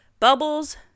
Bubbles